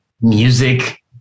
music